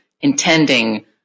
intending